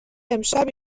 امشب